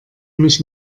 mich